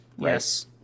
Yes